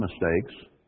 mistakes